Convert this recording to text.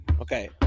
Okay